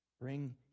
Bring